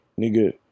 nigga